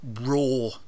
raw